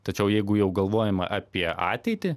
tačiau jeigu jau galvojama apie ateitį